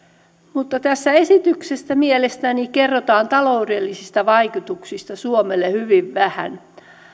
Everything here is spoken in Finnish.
tässä esityksessä mielestäni kerrotaan taloudellisista vaikutuksista suomelle hyvin vähän